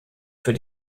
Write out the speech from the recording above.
für